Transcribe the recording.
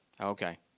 Okay